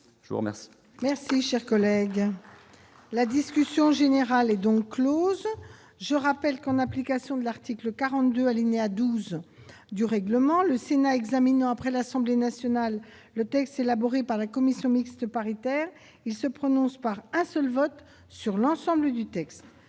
je vous remercie. Merci, cher collègue, la discussion générale est donc Close, je rappelle qu'on application de l'article 42 alinéa 12 du règlement, le Sénat examine après l'Assemblée nationale, le texte élaboré par la commission mixte paritaire, il se prononce par un seul vote sur l'ensemble du texte